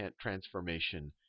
transformation